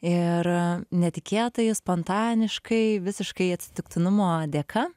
ir netikėtai spontaniškai visiškai atsitiktinumo dėka